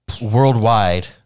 Worldwide